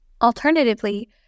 Alternatively